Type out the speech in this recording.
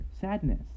sadness